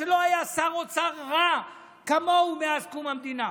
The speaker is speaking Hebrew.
שלא היה שר אוצר רע כמוהו מאז קום המדינה?